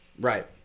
Right